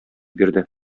бирде